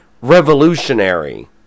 revolutionary